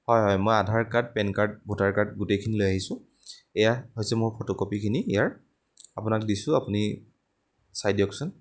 হয় হয় মই Aadhaar card pan card voter card গোটেইখিনি লৈ আহিছোঁ এয়া হৈছে মোৰ ফটোকপীখিনি ইয়াৰ আপোনাক দিছোঁ আপুনি চাই দিয়কচোন